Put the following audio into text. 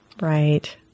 Right